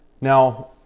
Now